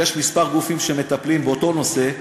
יש כמה גופים שמטפלים באותו נושא,